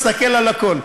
תסתכל על הכול.